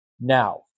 now